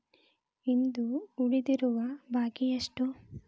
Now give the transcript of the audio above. ಇಂದು ಉಳಿದಿರುವ ಬಾಕಿ ಎಷ್ಟು?